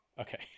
Okay